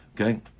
Okay